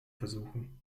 versuchen